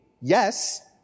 yes